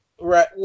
Right